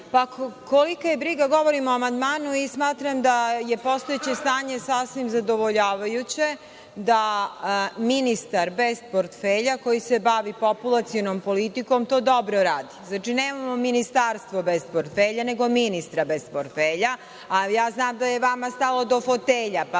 je briga, govorim o amandmanu i smatram da je postojeće stanje sasvim zadovoljavajuće, da ministar bez portfelja koji se bavi populacionom politikom to dobro radi. Znači, nemamo ministarstvo bez portfelja, nego ministra bez portfelja, a ja znam da je vama stalo do fotelja, pa